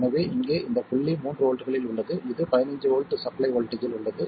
எனவே இங்கே இந்த புள்ளி மூன்று வோல்ட்களில் உள்ளது இது 15 வோல்ட் சப்ளை வோல்ட்டேஜ் இல் உள்ளது